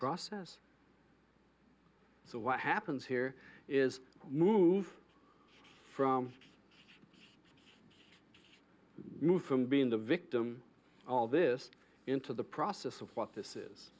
process so what happens here is move from move from being the victim all this into the process of what this is